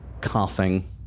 coughing